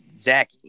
Zach